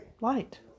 Light